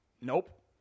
nope